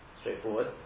straightforward